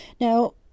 Now